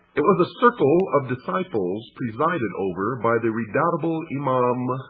it was the circle of disciples presided over by the redoubtable imam